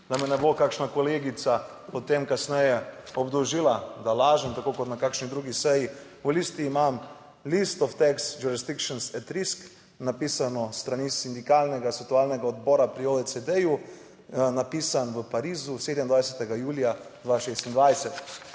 da me ne bo kakšna kolegica potem kasneje obdolžila, da lažem, tako kot na kakšni drugi seji. V roki imam list List of tax jurisdictions at-risk, napisano s strani sindikalnega svetovalnega odbora pri OECD. Napisan v Parizu, 27. julija 2026.